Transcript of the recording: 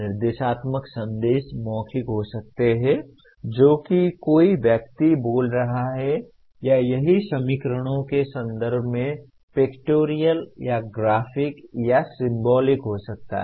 निर्देशात्मक संदेश मौखिक हो सकते हैं जो कि कोई व्यक्ति बोल रहा है या यह समीकरणों के संदर्भ में पिक्टोरियल या ग्राफिक या सिंबॉलिक हो सकता है